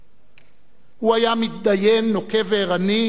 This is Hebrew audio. הוא היה מתדיין נוקב וערני, לוחם